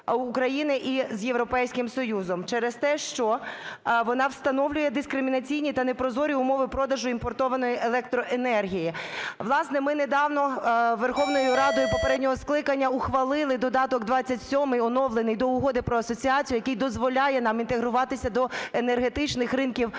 України з Європейським Союзом через те, що вона встановлює дискримінаційні та непрозорі умови продажу імпортованої електроенергії. Власне, ми недавно Верховною Радою попереднього скликання ухвалили додаток 27 (оновлений) до Угоди про асоціацію, який дозволяє нам інтегруватися до енергетичних ринків